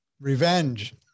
Revenge